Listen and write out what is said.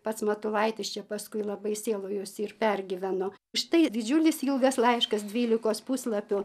pats matulaitis čia paskui labai sielojosi ir pergyveno štai didžiulis ilgas laiškas dvylikos puslapių